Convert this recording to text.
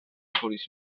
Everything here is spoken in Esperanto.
volis